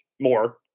more